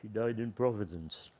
she died in providence